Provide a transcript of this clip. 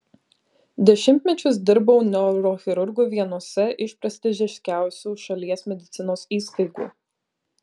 dešimtmečius dirbau neurochirurgu vienose iš prestižiškiausių šalies medicinos įstaigų